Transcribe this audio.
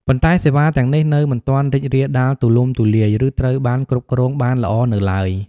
ប៉ុន្តែសេវាទាំងនេះនៅមិនទាន់រីករាលដាលទូលំទូលាយ ឬត្រូវបានគ្រប់គ្រងបានល្អនៅឡើយ។